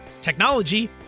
technology